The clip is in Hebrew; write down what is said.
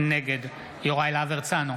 נגד יוראי להב הרצנו,